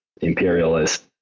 imperialist